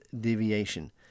deviation